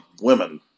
women